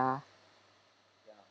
ya